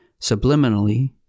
Subliminally